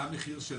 מה המחיר שלהם?